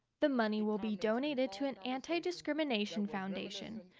the money will be donated to an anti-discrimination foundation.